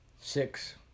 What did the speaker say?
six